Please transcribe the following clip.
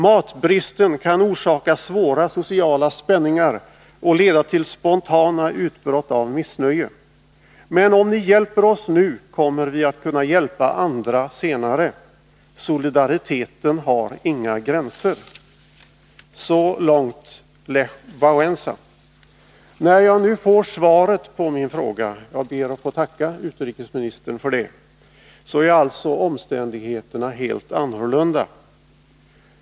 Matbristen kan orsaka svåra sociala spänningar och leda till spontana utbrott av missnöje. Men om ni hjälper oss nu kommer vi att kunna hjälpa andra senare. Solidariteten har inga gränser.” Så långt Lech Walesa. När jag nu får svaret på min fråga — jag ber att få tacka utrikesministern för det — är alltså omständigheterna helt annorlunda.